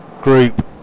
group